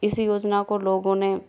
इस योजना को लोगों ने